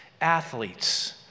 athletes